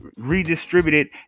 redistributed